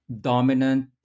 dominant